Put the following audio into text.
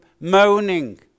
moaning